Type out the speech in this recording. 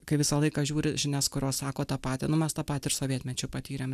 kai visą laiką žiūri žinias kurios sako tą patį nu mes tą patį ir sovietmečiu patyrėm